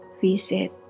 visit